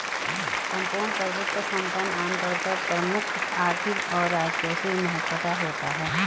सम्पूर्ण प्रभुत्व संपन्न आमतौर पर प्रमुख आर्थिक और राजकोषीय महत्व का होता है